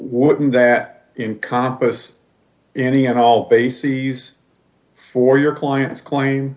wouldn't that in compas any at all bases for your client's claim